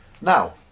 Now